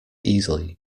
easily